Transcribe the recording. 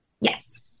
Yes